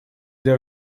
для